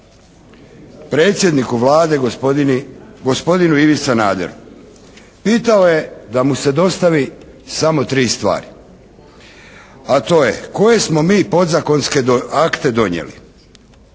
predsjedniku Vlade gospodinu Ivi Sanaderu. Pitao je da mu se dostavi samo 3 stvari, a to je koje smo mi podzakonske akte donijeli